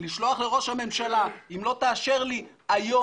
לשלוח לראש הממשלה 'אם לא תאשר לי היום